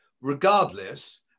regardless